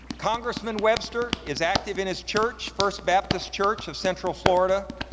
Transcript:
congressman webster is active in his church, first baptist church of central florida.